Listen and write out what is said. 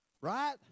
Right